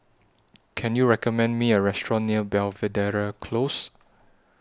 Can YOU recommend Me A Restaurant near Belvedere Close